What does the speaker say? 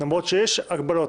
למרות שיש הגבלות.